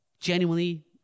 genuinely